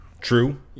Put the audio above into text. true